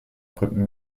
brücken